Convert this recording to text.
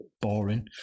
boring